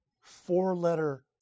four-letter